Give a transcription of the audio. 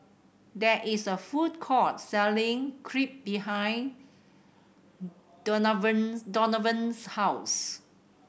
there is a food court selling Crepe behind Donavon Donavon's house